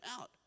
out